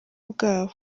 bwabo